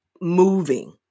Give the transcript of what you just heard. moving